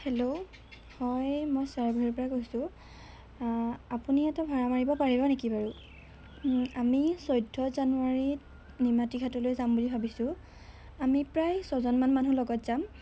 hello হয় মই চৰাইবাহিৰপৰা কৈছোঁ আপুনি এটা ভাড়া মাৰিব পাৰিব নেকি বাৰু আমি চৈধ্য জানুৱাৰীত নিমাতীঘাটলৈ যাম বুলি ভাবিছোঁ আমি প্ৰায় ছজনমান মানুহ লগত যাম